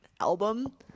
album